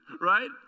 right